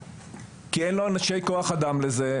כי אין לו אנשי כוח אדם לזה,